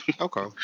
Okay